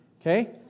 okay